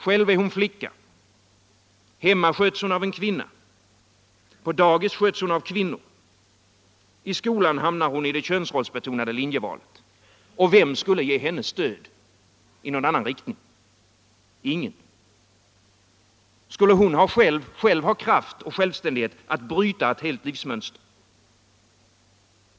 Själv är hon flicka. Hemma sköts hon av en kvinna. På dagis sköts hon av kvinnor. I skolan hamnar hon i det könsrollsbetonade linjevalet. — Vem skulle ge henne stöd i någon annan riktning? Ingen. Skulle hon själv ha kraft och självständighet att bryta ett helt livsmönster?